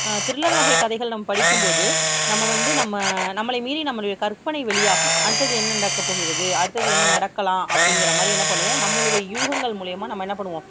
thriller வகை கதைகள் நம்ம படிக்கும் போது நம்ம வந்து நம்ம நம்மளை மீறி நம்மளுடைய கற்பனை வெளியாகும் அடுத்தது என்ன நடக்க போகிறது அடுத்தது என்ன நடக்கலாம் அப்படிங்கிற மாதிரி என்ன பண்ணுவோம் நம்மளுடைய யூகங்கள் மூலியமாக நம்ம என்ன பண்ணுவோம்